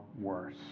worse